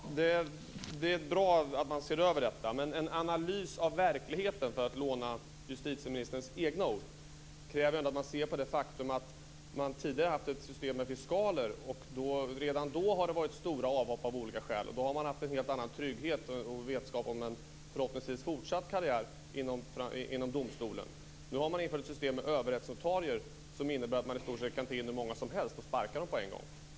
Fru talman! Det är bra att man ser över detta, men en analys av verkligheten - för att använda justitieministerns egna ord - kräver att man ser till det faktum att det redan då systemet med fiskaler fanns var stora avhopp av olika skäl. Då fanns det ändå en helt annan trygghet och vetskap om förhoppningsvis en fortsatt karriär inom domstolen. Nu har man infört ett system med överrättsnotarier där man i stort sett kan tillsätta hur många som helst och sparka dem hur som helst.